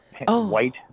white